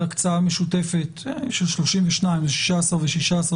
על הקצאה משותפת של 32 מיליון ש"ח, 16 ו-16,